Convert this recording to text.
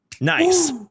Nice